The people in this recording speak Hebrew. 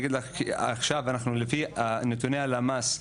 לפי נתוני הלמ"ס,